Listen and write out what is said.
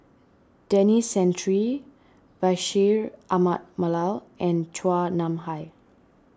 Denis Santry Bashir Ahmad Mallal and Chua Nam Hai